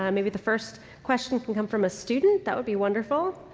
um maybe the first question can come from a student? that would be wonderful.